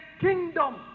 kingdom